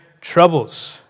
troubles